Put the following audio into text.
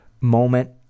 moment